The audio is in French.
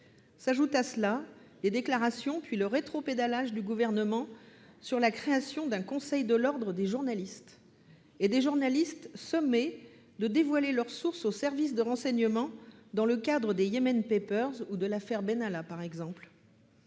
s'ajoutent les déclarations, puis le rétropédalage du Gouvernement sur la création d'un conseil de l'ordre des journalistes. Sans parler des journalistes sommés de dévoiler leurs sources aux services de renseignement dans le cadre, par exemple, des Yémen Papers et de l'affaire Benalla. Ces textes